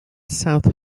south